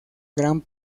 gran